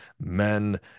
men